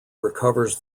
recovers